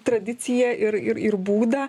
tradiciją ir ir ir būdą